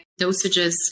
dosages